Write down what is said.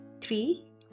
Three